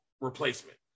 replacement